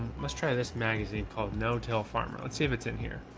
let's try this magazine called no till farmer. let's see if it's in here.